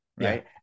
right